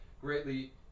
greatly